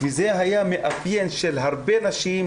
וזה היה מאפיין של הרבה נשים,